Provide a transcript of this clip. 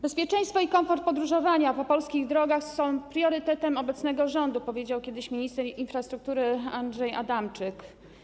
Bezpieczeństwo i komfort podróżowania po polskich drogach są priorytetem obecnego rządu - powiedział kiedyś minister infrastruktury Andrzej Adamczyk.